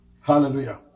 Hallelujah